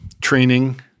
training